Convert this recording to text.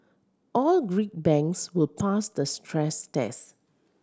all Greek banks will pass the stress tests